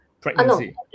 pregnancy